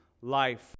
life